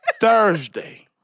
Thursday